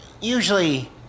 usually